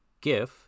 gif